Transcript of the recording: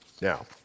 Now